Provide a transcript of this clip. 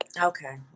Okay